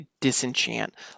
disenchant